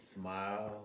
smile